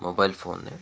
mobile ఫోన్నే